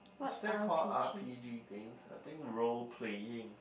should I call R_P_G games I think role playing